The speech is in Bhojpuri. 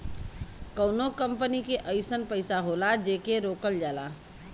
कउनो कंपनी के अइसन पइसा होला जेके रोकल जाला